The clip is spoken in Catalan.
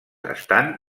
estan